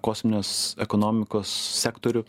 kosminės ekonomikos sektorių